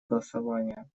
голосования